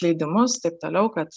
leidimus taip toliau kad